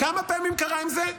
כמה פעמים קרה עם זה?